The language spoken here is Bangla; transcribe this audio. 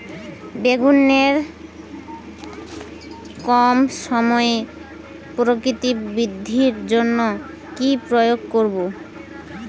বেগুনের কম সময়ে আকৃতি বৃদ্ধির জন্য কি প্রয়োগ করব?